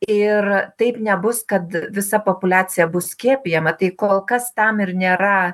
ir taip nebus kad visa populiacija bus skiepijama tai kol kas tam ir nėra